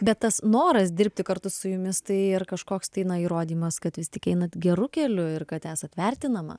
bet tas noras dirbti kartu su jumis tai ir kažkoks tai na įrodymas kad vis tik einat geru keliu ir kad esat vertinama